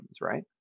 right